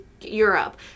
Europe